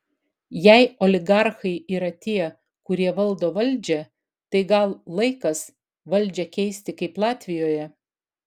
jei oligarchai yra tie kurie valdo valdžią tai gal laikas valdžią keisti kaip latvijoje